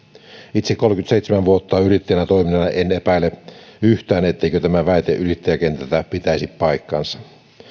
itse kolmekymmentäseitsemän vuotta yrittäjänä toimineena en epäile yhtään etteikö tämä väite yrittäjäkentältä pitäisi paikkansa